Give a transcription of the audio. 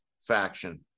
faction